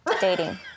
dating